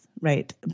right